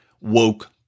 woke